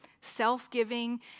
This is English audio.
self-giving